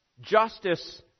Justice